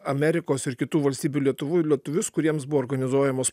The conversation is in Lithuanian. amerikos ir kitų valstybių lietuvių lietuvius kuriems buvo organizuojamos